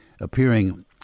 appearing